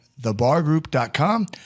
thebargroup.com